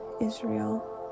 Israel